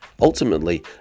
ultimately